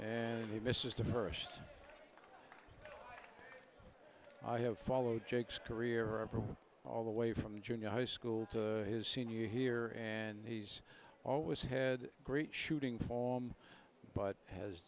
and he misses the first i have followed jake's career approach all the way from junior high school to his senior here and he's always had great shooting form but has